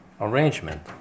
arrangement